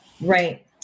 right